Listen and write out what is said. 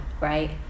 right